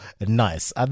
nice